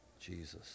Jesus